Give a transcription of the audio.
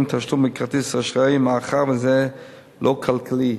תשלום בכרטיס אשראי מאחר שזה לא כלכלי,